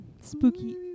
spooky